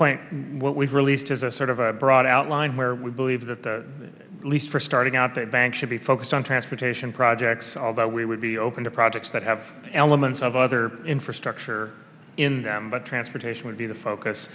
what we've released as a sort of a broad outline where we believe that the least for starting out that banks should be focused on transportation projects all that we would be open to projects that have elements of other infrastructure in them but transportation would be to focus